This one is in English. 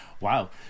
Wow